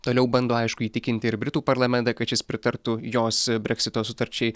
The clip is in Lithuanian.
toliau bando aišku įtikinti ir britų parlamentą kad šis pritartų jos breksito sutarčiai